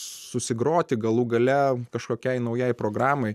susigroti galų gale kažkokiai naujai programai